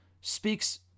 speaks